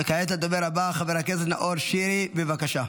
כעת הדובר הבא, חבר הכנסת נאור שירי, בבקשה.